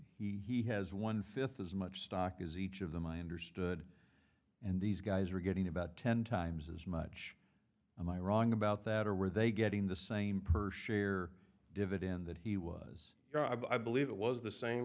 be he has one fifth as much stock is each of them i understood and these guys are getting about ten times as much and i wrong about that or are they getting the same per share dividend that he was you know i believe it was the same